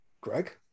Greg